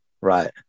Right